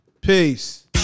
Peace